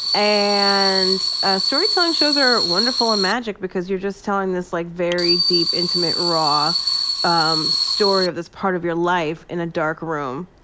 and ah storytelling shows are wonderful and magic, because you're just telling this, like, very deep, intimate, raw um story of this part of your life in a dark room.